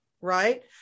right